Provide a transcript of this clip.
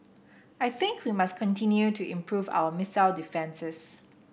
I think we must continue to improve our missile defences